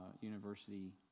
University